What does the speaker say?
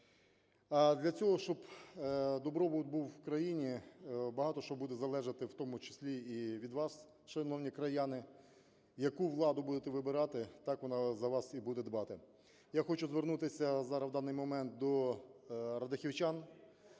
Для цього, щоб добробут був у країні, багато що буде залежати в тому числі і від вас, шановні краяни. Яку владу будете вибирати, так вона за вас і буде дбати. Я хочу звернутися зараз в даний